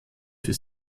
für